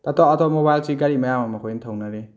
ꯇꯥꯇꯥ ꯑꯣꯇꯣꯃꯣꯕꯥꯏꯜꯁꯤ ꯒꯥꯔꯤ ꯃꯌꯥꯝ ꯑꯃ ꯑꯩꯈꯣꯏꯅ ꯊꯧꯅꯔꯤ